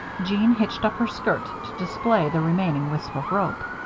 jeanne hitched up her skirt to display the remaining wisp of rope.